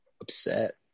Upset